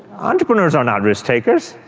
entrepreneurs are not risk takers.